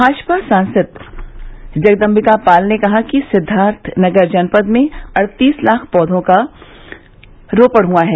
भाजपा सांसद जगदम्बिका पाल ने कहा कि सिद्वार्थनगर जनपद में अड़तीस लाख पौधो का रोपण हुआ है